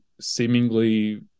Seemingly